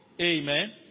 Amen